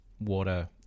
water